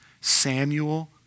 Samuel